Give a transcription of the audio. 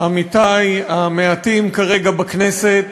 עמיתי המעטים כרגע בכנסת